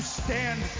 stand